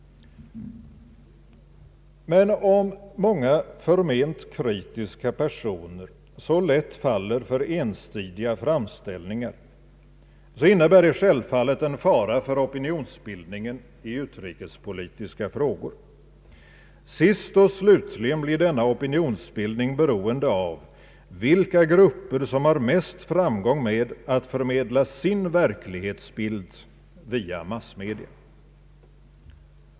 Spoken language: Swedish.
Men om många förment kritiska personer så lätt faller för ensidiga framställningar innebär det självfallet en fara för opinionsbildningen i utrikespolitiska frågor. Sist och slutligen blir denna opinionsbildning beroende av vilka grupper som har mest framgång med att förmedla sin verklighetsbild via massmedia.